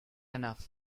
enough